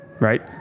right